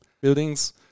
buildings